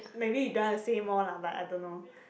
maybe he don't wanna say more lah but I don't know